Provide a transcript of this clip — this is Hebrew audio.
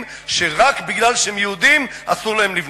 שרק משום שהם יהודים אסור להם לבנות.